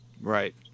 Right